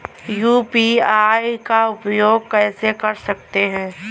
UPI का उपयोग कैसे कर सकते हैं?